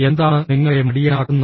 എന്താണ് നിങ്ങളെ മടിയനാക്കുന്നത്